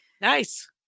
Nice